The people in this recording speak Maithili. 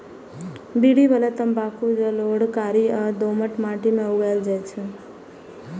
बीड़ी बला तंबाकू जलोढ़, कारी आ दोमट माटि मे उगायल जाइ छै